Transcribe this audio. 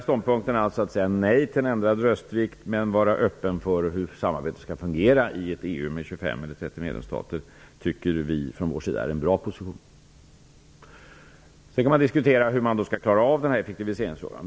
Ståndpunkten att säga nej till ändrad röstvikt men vara öppen för hur samarbetet skall fungera i ett EU med 25 eller 30 medlemsstater tycker vi i Folkpartiet är en bra position. Sedan kan man diskutera hur effektiviseringsfrågan skall klaras av.